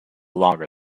longer